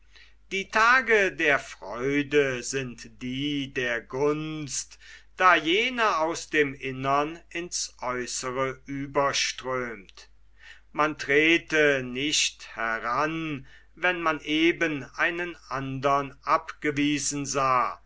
die tage der freude sind die der gunst da jene aus dem innern ins aeußere überströhmt man trete nicht heran wann man eben einen andern abgewiesen sah